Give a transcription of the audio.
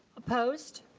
opposed.